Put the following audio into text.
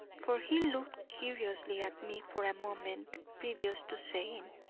for he looked curiously at me for a moment previous to saying